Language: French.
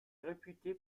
réputé